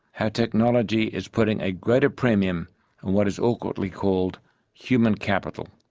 how technology is putting a greater premium on what is awkwardly called human capital.